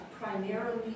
primarily